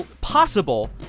possible